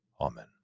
Amen